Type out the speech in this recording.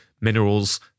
minerals